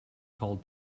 called